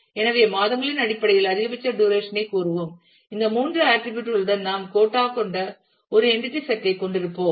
எனவே மாதங்களின் அடிப்படையில் அதிகபட்ச டுரேஷன் ஐ கூறுவோம் இந்த மூன்று ஆட்டிரிபியூட் களுடன் நாம் கோட்டா ஐ கொண்ட ஒரு என்டிடி செட் ஐ கொண்டிருப்போம்